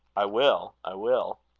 i will, i will.